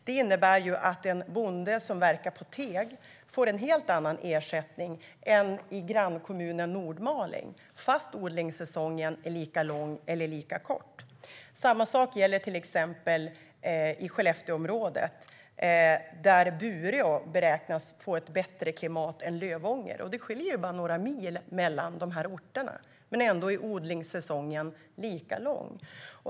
Det innebär att en bonde som verkar på teg där får en helt annan ersättning än en i grannkommunen Nordmaling trots att odlingssäsongen är lika lång - eller lika kort. Samma sak gäller till exempel i Skellefteåområdet, där Bureå beräknas få ett bättre klimat än Lövånger. Det skiljer bara några mil mellan de här orterna; ändå är odlingssäsongen olika lång.